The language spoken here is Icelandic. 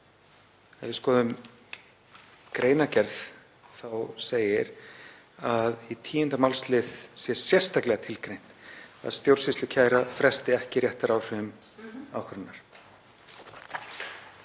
Ef við skoðum greinargerð segir að í 10. málslið sé sérstaklega tilgreint að stjórnsýslukæra fresti ekki réttaráhrifum ákvörðunar.